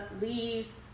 leaves